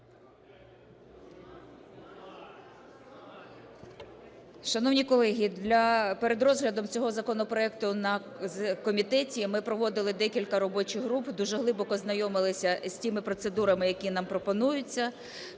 Шановні колеги, перед розглядом цього законопроекту на комітеті ми проводили декілька робочих груп, дуже глибоко знайомилися з тими процедурами, які нам пропонуються.